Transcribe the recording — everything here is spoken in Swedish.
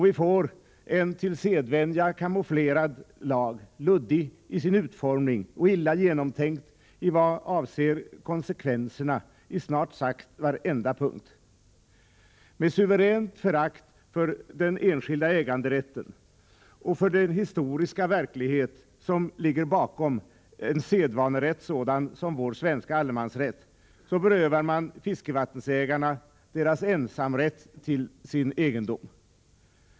Vi får en till sedvänja kamouflerad lag, luddig i sin utformning och illa genomtänkt i vad avser konsekvenserna på snart sagt varenda punkt. Med suveränt förakt för den enskilda äganderätten och för den historiska verklighet som ligger bakom en sedvanerätt sådan som vår svenska allemansrätt berövar man fiskevattensägarna deras ensamrätt till sin egendom.